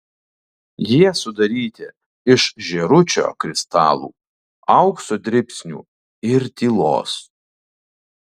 jie sudaryti iš žėručio kristalų aukso dribsnių ir tylos